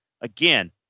again